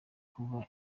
kuba